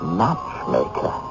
matchmaker